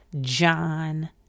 John